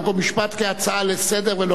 חוק ומשפט נתקבלה.